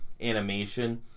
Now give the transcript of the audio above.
animation